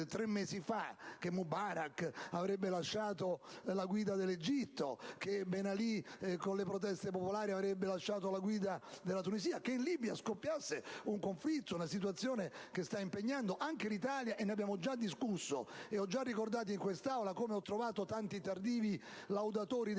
tre mesi fa, che Mubarak avrebbe lasciato la guida dell'Egitto, che Ben Ali, con le proteste popolari, avrebbe lasciato la guida della Tunisia, che in Libia scoppiasse un conflitto, una situazione che sta impegnando anche l'Italia. Ne abbiamo già discusso e ho già ricordato in quest'Aula come ho trovato tanti tardivi laudatori della